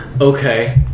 Okay